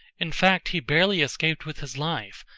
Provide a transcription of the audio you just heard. in fact he barely escaped with his life,